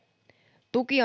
tuki